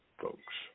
folks